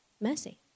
Mercy